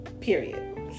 period